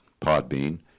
Podbean